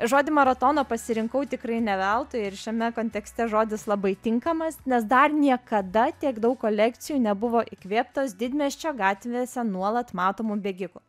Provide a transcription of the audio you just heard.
žodį maratono pasirinkau tikrai ne veltui ir šiame kontekste žodis labai tinkamas nes dar niekada tiek daug kolekcijų nebuvo įkvėptos didmiesčio gatvėse nuolat matomų bėgikų